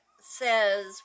says